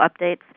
updates